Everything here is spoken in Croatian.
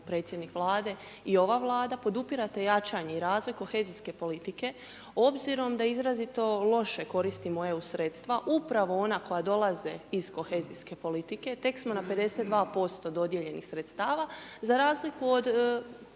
Predsjednik Vlade i ova Vlada, podupirate jačanje i razvoj kohezijske politike, obzirom da izrazito loše koristimo EU sredstva, upravo ona koja dolaze iz kohezijske politike, tek smo na 52% dodijeljenih sredstava za razliku od